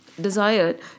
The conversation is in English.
desired